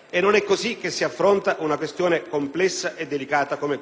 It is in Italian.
mentre non è così che si affronta una questione complessa e delicata come questa.